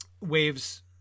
Waves